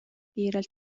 kiirelt